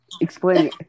explain